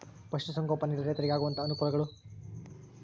ಪಶುಸಂಗೋಪನೆಯಲ್ಲಿ ರೈತರಿಗೆ ಆಗುವಂತಹ ಅನುಕೂಲಗಳು?